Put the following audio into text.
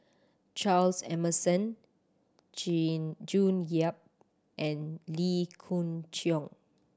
Charles Emmerson June Yap and Lee Khoon Choy